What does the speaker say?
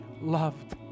loved